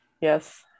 Yes